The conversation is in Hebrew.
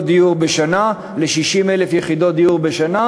דיור בשנה ל-60,000 יחידות דיור בשנה,